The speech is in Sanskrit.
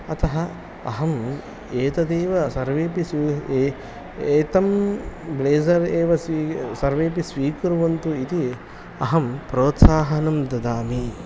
अतः अहम् एतदेव सर्वेपि स्वीकारः एव एतं ब्लेज़र् एव स्वी सर्वेपि स्वीकुर्वन्तु इति अहं प्रोत्साहं ददामि